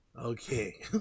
Okay